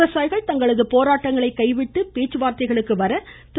விவசாயிகள் தங்களது போராட்டங்களை கைவிட்டு பேச்சுவார்த்தைகளுக்கு வர திரு